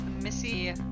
Missy